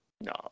No